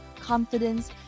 confidence